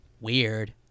weird